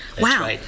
Wow